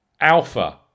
Alpha